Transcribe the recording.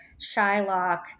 Shylock